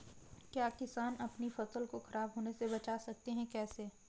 क्या किसान अपनी फसल को खराब होने बचा सकते हैं कैसे?